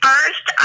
First